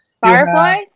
Firefly